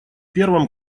первом